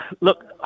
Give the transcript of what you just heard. Look